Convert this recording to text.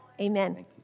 Amen